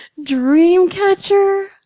Dreamcatcher